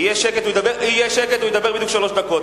יהיה שקט, הוא ידבר בדיוק שלוש דקות.